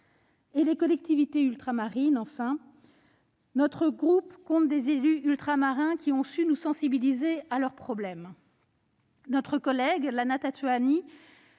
les collectivités ultramarines, enfin. Notre groupe compte des élus ultramarins, qui ont su nous sensibiliser à leurs problèmes. Notre collègue Lana Tetuanui